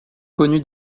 connu